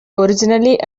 originally